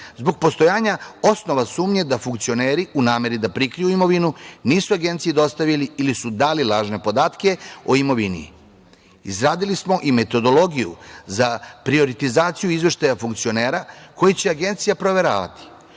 zbog postojanja osnova sumnje da funkcioneri, u nameri da prikriju imovinu, nisu Agenciji dostavili ili su dali lažne podatke o imovini. Izradili smo i metodologiju za prioritizaciju izveštaja funkcionera koji će Agencija proveravati. Unapredili